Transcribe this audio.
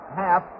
half